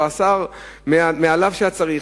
או השר שמעליו היה צריך.